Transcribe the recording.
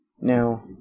now